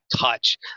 touch